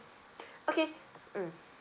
okay mm